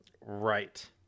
Right